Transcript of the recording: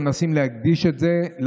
מנסים להגדיש את זה,